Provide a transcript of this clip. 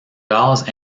gaz